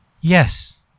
Yes